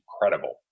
credible